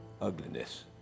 ugliness